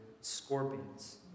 scorpions